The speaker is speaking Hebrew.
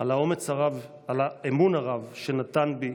על האמון הרב שנתן בי